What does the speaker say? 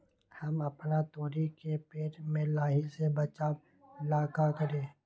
हम अपना तोरी के पेड़ के लाही से बचाव ला का करी?